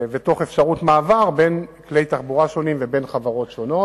ותוך אפשרות מעבר בין כלי תחבורה שונים ובין חברות שונות.